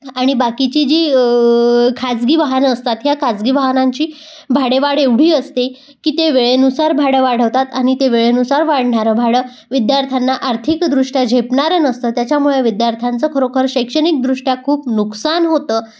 आणि बाकीची जी खाजगी वाहन असतात ह्या खाजगी वाहनांची भाडेवाढ एवढी असते की ते वेळेनुसार भाडं वाढवतात आणि ते वेळेनुसार वाढणारं भाडं विद्यार्थ्यांना आर्थिकदृष्ट्या झेपणारं नसतं त्याच्यामुळे विद्यार्थ्यांचं खरोखर शैक्षणिकदृष्ट्या खूप नुकसान होतं